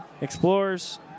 Explorers